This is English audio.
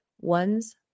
one's